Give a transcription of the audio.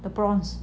the prawns